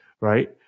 right